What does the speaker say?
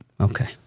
Okay